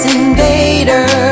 invader